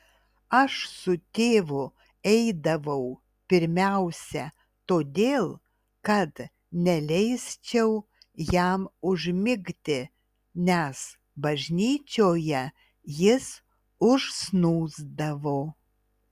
aš su tėvu eidavau pirmiausia todėl kad neleisčiau jam užmigti nes bažnyčioje jis užsnūsdavo